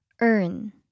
Earn